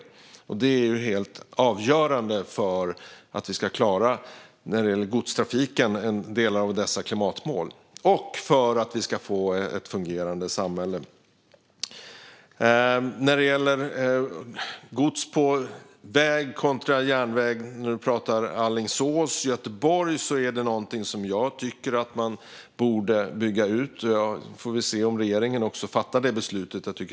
När det gäller godstrafiken är detta helt avgörande för att vi ska klara en del av klimatmålen och för att vi ska få ett fungerande samhälle. När det gäller gods på väg kontra järnväg och Alingsås-Göteborg tycker jag att man borde bygga ut där. Vi får se om regeringen fattar det beslutet.